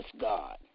God